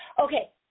Okay